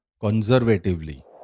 conservatively